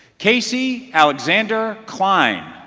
casey alexander klein.